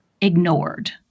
ignored